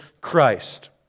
Christ